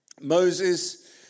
Moses